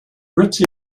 ritzy